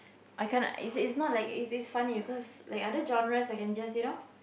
I kind of it it's not like it's this funny because like other genres I can just you know